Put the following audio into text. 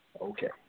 okay